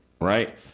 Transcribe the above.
right